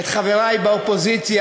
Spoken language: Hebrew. את חברי באופוזיציה,